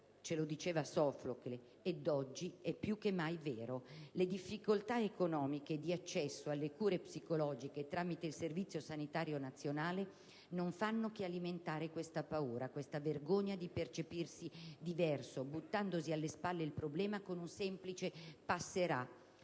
tutto scricchiola». Ed oggi è più che mai vero. Le difficoltà economiche e di accesso alle cure psicologiche tramite il Servizio sanitario nazionale non fanno che alimentare questa paura, questa vergogna di percepirsi diverso, buttandosi alle spalle il problema con un semplice «passerà».